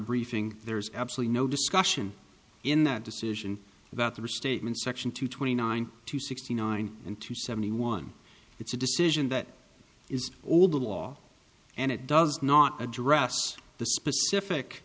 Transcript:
briefing there's absolutely no discussion in that decision about the restatement section to twenty nine to sixty nine and to seventy one it's a decision that is all the law and it does not address the